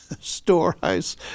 storehouse